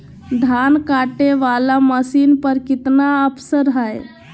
धान कटे बाला मसीन पर कितना ऑफर हाय?